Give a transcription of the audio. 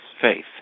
faith